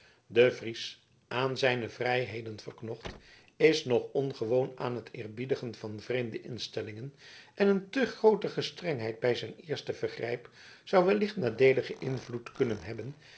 de fries aan zijn vrijheden verknocht is nog ongewoon aan het eerbiedigen van vreemde instellingen en een te groote gestrengheid bij zijn eerste vergrijp zou wellicht nadeeligen invloed kunnen hebben